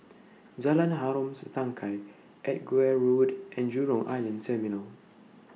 Jalan Harom Setangkai Edgware Road and Jurong Island Terminal